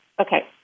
okay